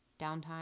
downtime